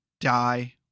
Die